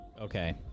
Okay